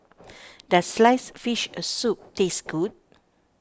does Sliced Fish Soup taste good